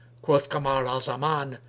quoth kamar al-zaman,